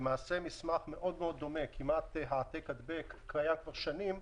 זה מסמך שקיים כבר שנים,